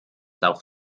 auch